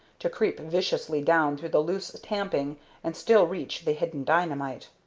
to creep viciously down through the loose tamping and still reach the hidden dynamite.